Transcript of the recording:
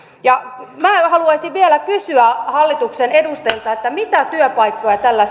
minä haluaisin vielä kysyä hallituksen edustajilta mitä työpaikkoja tällä